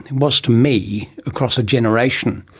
it was to me, across a generation,